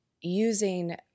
using